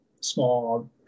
small